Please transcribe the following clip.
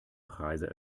preise